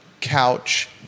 couch